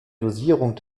dosierung